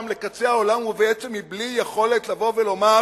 לקצה העולם בעצם בלי יכולת לבוא ולומר: